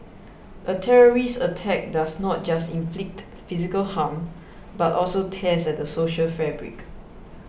a terrorist attack does not just inflict physical harm but also tears at the social fabric